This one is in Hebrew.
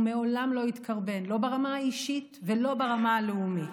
הוא מעולם לא התקרבן לא ברמה האישית ולא ברמה הלאומית.